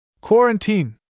Quarantine